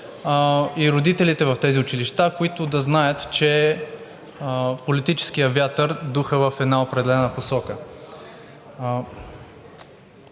родители в тези училища, които да знаят, че политическият вятър духа в една определена посока.